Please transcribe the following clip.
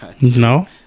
No